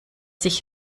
sich